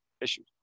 issues